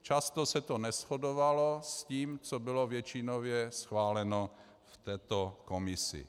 Často se to neshodovalo s tím, co bylo většinově schváleno v této komisi.